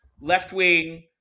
left-wing